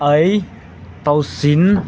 ꯑꯩ ꯇꯧꯁꯤꯟ